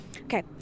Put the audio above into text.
okay